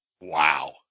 Wow